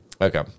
Okay